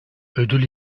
ödül